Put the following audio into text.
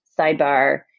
sidebar